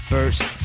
First